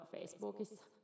Facebookissa